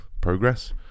progress